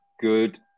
good